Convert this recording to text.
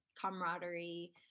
camaraderie